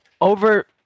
over